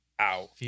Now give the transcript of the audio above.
out